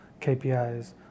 kpis